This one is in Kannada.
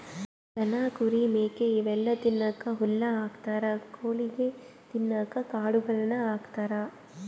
ದನ ಕುರಿ ಮೇಕೆ ಇವೆಲ್ಲಾ ತಿನ್ನಕ್ಕ್ ಹುಲ್ಲ್ ಹಾಕ್ತಾರ್ ಕೊಳಿಗ್ ತಿನ್ನಕ್ಕ್ ಕಾಳುಗಳನ್ನ ಹಾಕ್ತಾರ